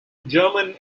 german